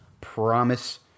promise